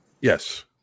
yes